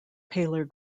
paler